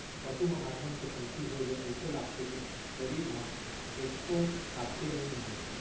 पसू म हारमोन के कमती होए ले अइसे लागथे के सरीर म एक्को ताकते नइये